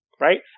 Right